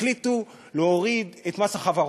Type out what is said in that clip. החליטו להוריד את מס החברות.